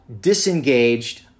disengaged